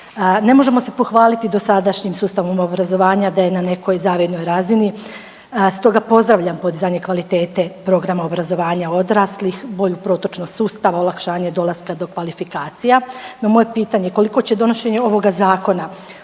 Ne možemo se pohvaliti dosadašnjim sustavom obrazovanja da je na nekoj zavidnoj razini, stoga pozdravljam podizanje kvalitete programa obrazovanja odraslih, bolju protočnost sustava, olakšanje dolaska do kvalifikacija. No moje pitanje, koliko će donošenje ovoga zakona